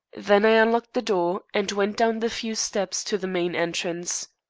then i unlocked the door, and went down the few steps to the main entrance.